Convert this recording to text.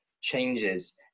changes